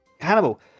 Hannibal